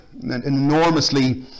enormously